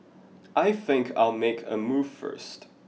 I think I'll make a move first